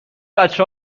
بچه